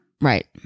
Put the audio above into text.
Right